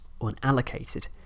unallocated